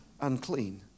unclean